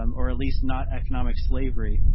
um or at least not economic slavery.